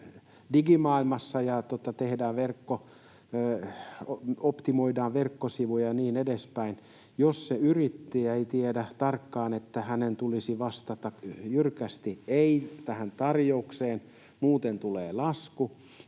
digimaailmassa ja optimoidaan verkkosivuja ja niin edespäin. Jos se yrittäjä ei tiedä tarkkaan, että hänen tulisi vastata jyrkästi ”ei” tähän tarjoukseen, niin tulee lasku,